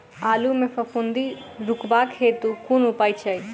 आलु मे फफूंदी रुकबाक हेतु कुन उपाय छै?